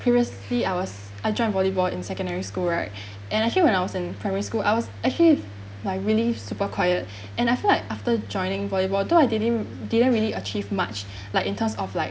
previously I was I joined volleyball in secondary school right and actually when I was in primary school I was actually like really super quiet and I feel like after joining volleyball although I didn't didn't really achieve much like in terms of like